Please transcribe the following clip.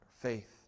faith